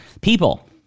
people